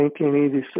1986